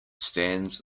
stands